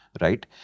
right